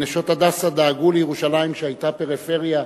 "נשות הדסה" דאגו לירושלים כשהיתה פריפריה,